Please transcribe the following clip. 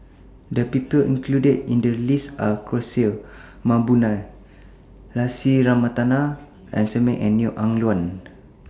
The People included in The list Are Kishore Mahbubani Lucy Ratnammah Samuel and Neo Ah Luan